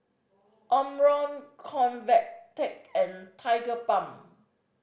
Omron Convatec and Tigerbalm